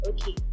Okay